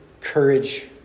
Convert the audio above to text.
courage